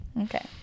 Okay